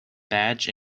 badge